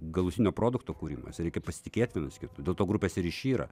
galutinio produkto kūrimas reikia pasitikėt vienas kitu dėl to grupės ir išyra